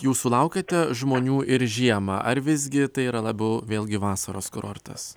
jūs sulaukiate žmonių ir žiemą ar visgi tai yra labiau vėlgi vasaros kurortas